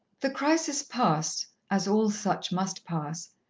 the crisis passed, as all such must pass,